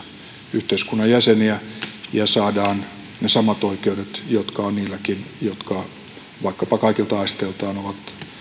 yhteiskunnan jäseniä ja saadaan ne samat oikeudet jotka ovat niilläkin jotka vaikkapa kaikilta aisteiltaan ovat